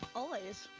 always.